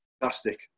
fantastic